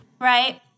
Right